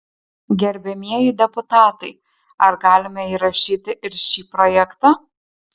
gerbiamieji deputatai ar galime įrašyti ir šį projektą